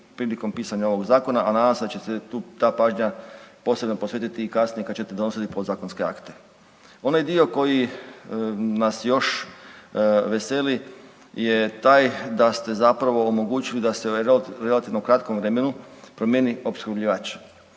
prilikom pisanja ovog zakona, a nadam se da će se ta pažnja posebno posvetiti kasnije kada ćete donositi podzakonske akte. Onaj dio koji nas još veseli je taj da ste zapravo omogućili da se u relativno kratkom vremenu promijeni opskrbljivač.